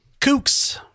Kooks